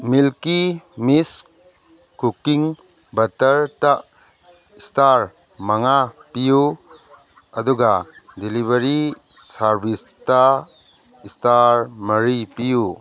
ꯃꯤꯜꯀꯤ ꯃꯤꯁ ꯀꯨꯛꯀꯤꯡ ꯕꯇꯔꯇ ꯁ꯭ꯇꯥꯔ ꯃꯉꯥ ꯄꯤꯎ ꯑꯗꯨꯒ ꯗꯤꯂꯤꯕꯔꯤ ꯁꯥꯔꯕꯤꯁꯇ ꯁ꯭ꯇꯥꯔ ꯃꯔꯤ ꯄꯤꯎ